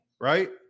right